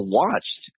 watched